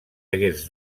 hagués